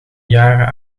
jaren